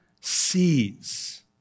sees